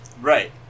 Right